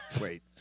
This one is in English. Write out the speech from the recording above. Wait